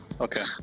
Okay